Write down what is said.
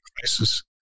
crisis